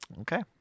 Okay